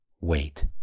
wait